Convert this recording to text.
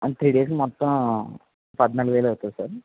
ఆ త్రీ డేస్కి మొత్తం పద్నాలుగు వేలు అవుతుంది సార్